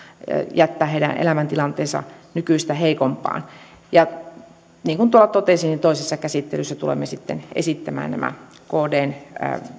jättää heidän elämäntilanteensa nykyistä heikompaan ja niin kuin tuolla totesin toisessa käsittelyssä tulemme sitten esittämään nämä kdn